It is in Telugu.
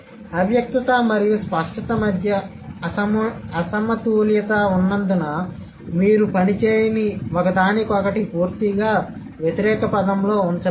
అవ్యక్తత మరియు స్పష్టత మధ్య అసమతుల్యత ఉన్నందున మీరు పని చేయని ఒకదానికొకటి పూర్తిగా వ్యతిరేక పదంలో ఉంచలేరు